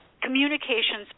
communications